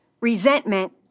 resentment